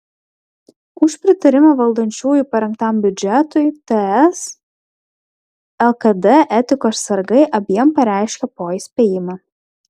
už pritarimą valdančiųjų parengtam biudžetui ts lkd etikos sargai abiem pareiškė po įspėjimą